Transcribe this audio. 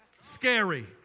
Scary